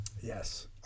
Yes